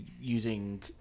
using